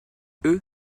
eux